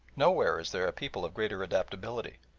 nowhere is there a people of greater adaptability,